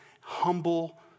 humble